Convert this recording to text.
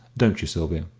don't you, sylvia?